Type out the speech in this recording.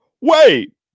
wait